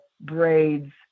braids